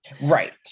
Right